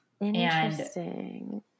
Interesting